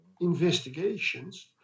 investigations